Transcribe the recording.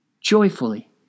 joyfully